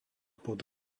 pod